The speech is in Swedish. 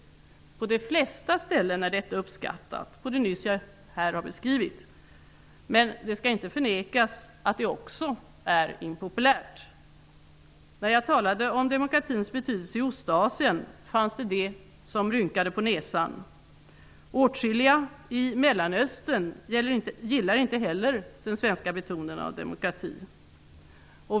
På de flesta ställen är detta uppskattat. Men det skall inte förnekas att på vissa ställen är detta impopulärt. När jag talade om demokratins betydelse i Ostasien fanns det de som rynkande på näsan. Åtskilliga i Mellanöstern gillar inte heller de svenska metoderna av demokrati.